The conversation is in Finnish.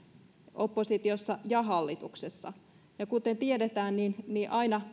oppositiossa ja hallituksessa ja kuten tiedetään niin niin aina